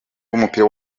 w’umupira